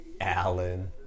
Alan